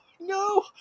no